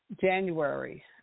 January